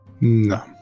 No